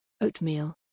Oatmeal